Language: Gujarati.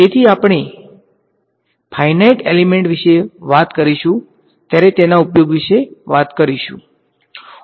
તેથી આપણે ફાઈનાઈટ એલીમેંટ વિશે વાત કરીશું ત્યારે તેના ઉપયોગ વિશે વાત કરીશુ